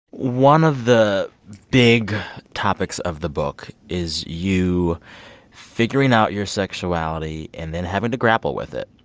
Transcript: one of the big topics of the book is you figuring out your sexuality and then having to grapple with it.